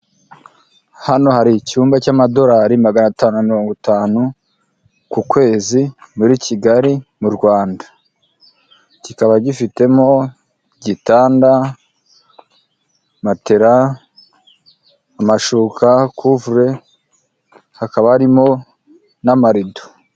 Hano hari icyumba cy'amadorari magana atanu mirongo itanu ku kwezi muri kigali mu rwanda kikaba gifitemo igitanda, matera, amashuka kuvureri, hakaba harimo n'amarido.